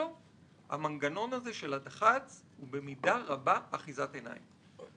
המנגנון הזה של הדח"צ הוא במידה רבה אחיזת עיניים.